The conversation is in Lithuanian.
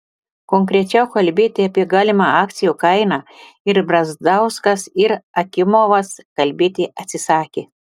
konkrečiau kalbėti apie galimą akcijų kainą ir brazauskas ir akimovas kalbėti atsisakė